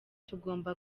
tugomba